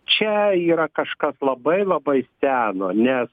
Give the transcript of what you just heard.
čia yra kažkas labai labai seno nes